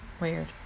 weird